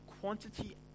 quantity